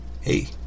Hey